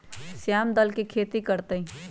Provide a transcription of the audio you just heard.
श्याम दाल के खेती कर तय